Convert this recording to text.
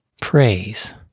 praise